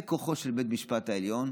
זה כוחו של בית המשפט העליון